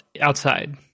outside